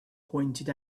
pointed